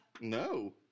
No